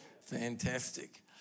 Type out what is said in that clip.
Fantastic